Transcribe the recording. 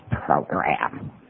program